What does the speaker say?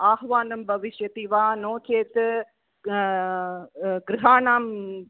आह्वानं भविष्यति वा नो चेत् गृहाणां